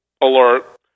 alert